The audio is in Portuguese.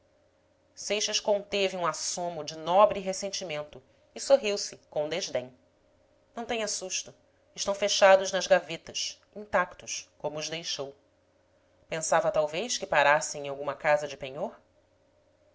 seixas conteve um assomo de nobre ressentimento e sorriu-se com desdém não tenha susto estão fechados nas gavetas intactos como os deixou pensava talvez que parassem em alguma casa de penhor